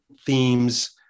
themes